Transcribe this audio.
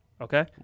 Okay